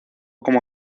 como